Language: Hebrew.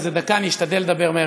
אז זו דקה, אני אשתדל לדבר מהר.